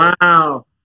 Wow